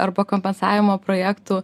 arba kompensavimo projektų